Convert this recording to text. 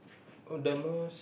oh the most